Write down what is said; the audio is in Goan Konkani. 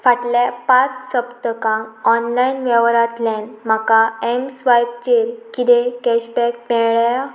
फाटल्या पांच सप्तकांक ऑनलायन वेव्हारांतल्यान म्हाका एमस्वायपचेर किदें कॅशबॅक मेळ्ळ्या